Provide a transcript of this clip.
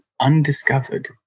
undiscovered